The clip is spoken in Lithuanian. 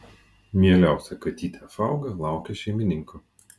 mieliausia katytė fauga laukia šeimininko